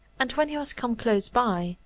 and when he was come close by,